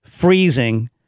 freezing